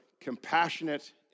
compassionate